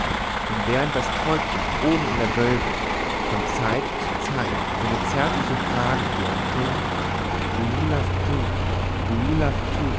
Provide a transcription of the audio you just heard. und während das täubchen oben in der wölbung von zeit zu zeit seine zärtliche frage girrte do